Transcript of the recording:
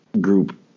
group